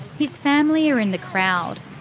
his family are in the crowd,